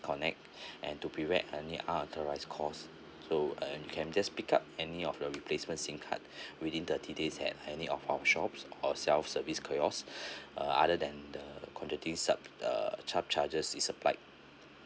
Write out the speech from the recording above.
~connect and to prevent any unauthorised calls so you can just pick up any of a replacement S_I_M card within thirty days at any of our shops or self service kiosk uh other than the quantity sub uh sub chargers is supplied